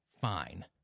Fine